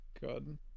Good